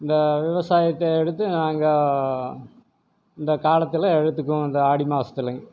இந்த விவசாயத்தை எடுத்து நாங்கள் இந்தக் காலத்தில் எடுத்துக்குவோம் இந்த ஆடி மாதத்துலங்க